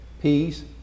Peace